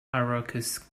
iroquois